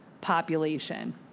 population